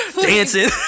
dancing